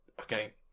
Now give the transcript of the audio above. okay